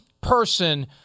person